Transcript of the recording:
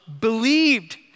believed